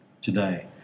Today